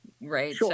Right